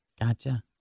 Gotcha